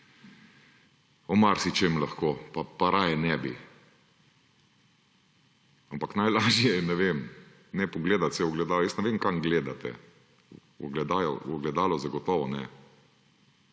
marsičem lahko. Pa raje ne bi. Ampak najlažje je, ne vem, ne pogledati se v ogledalo. Ne vem, kam gledate. V ogledalo zagotovo ne.